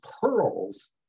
pearls